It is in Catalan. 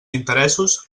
interessos